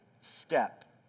step